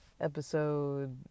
episode